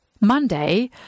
Monday